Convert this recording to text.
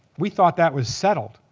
we thought that was settled.